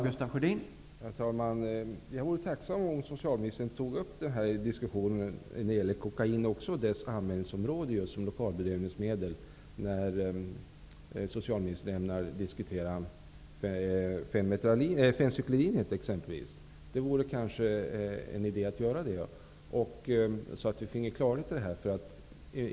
Herr talman! Jag vore tacksam om socialministern tog upp frågan om kokain och dess användning som lokalbedövningsmedel i diskussionen när han ämnar diskutera exempelvis fencyklidin. Det vore kanske en idé att göra det så att vi får klarhet i frågan.